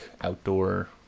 outdoor